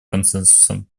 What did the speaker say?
консенсусом